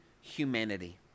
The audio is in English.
humanity